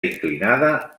inclinada